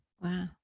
Wow